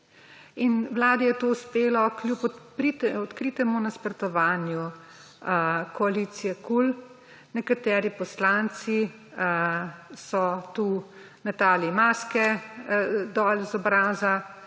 Vladi je to uspelo kljub odkritemu nasprotovanju koalicije KUL. Nekateri poslanci so tukaj metali maske z obraza.